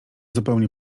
zupełnie